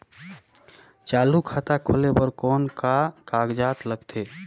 चालू खाता खोले बर कौन का कागजात लगथे?